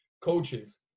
coaches